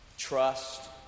Trust